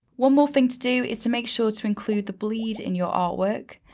one more thing to do is to make sure to include the bleed in your artwork.